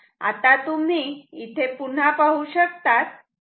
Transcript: आता तुम्ही इथे पुन्हा पाहू शकतात